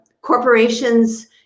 corporations